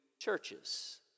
churches